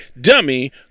dummy